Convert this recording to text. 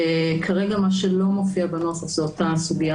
כרגע מה שלא מופיע בנוסח זו אותה סוגיה